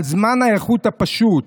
על זמן האיכות הפשוט,